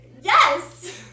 yes